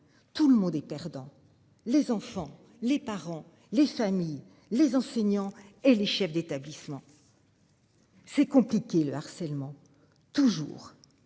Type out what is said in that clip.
Tout le monde est perdant. Les enfants, les parents, les familles, les enseignants et les chefs d'établissement. C'est compliqué. Le harcèlement toujours